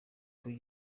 kuri